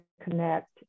connect